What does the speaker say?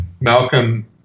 Malcolm